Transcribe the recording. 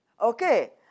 Okay